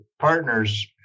partners